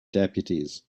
deputies